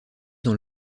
dans